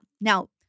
Now